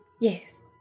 Yes